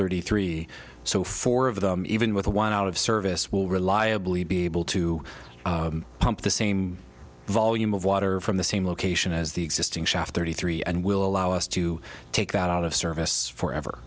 thirty three so four of them even with one out of service will reliably be able to pump the same volume of water from the same location as the existing shaft thirty three and will allow us to take that out of service forever